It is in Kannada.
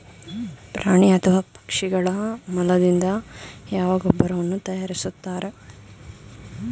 ಪ್ರಾಣಿ ಅಥವಾ ಪಕ್ಷಿಗಳ ಮಲದಿಂದ ಯಾವ ಗೊಬ್ಬರವನ್ನು ತಯಾರಿಸುತ್ತಾರೆ?